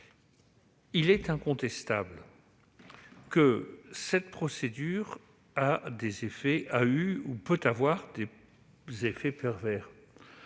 Il est incontestableque cette procédure a eu ou peut avoir des effets pervers.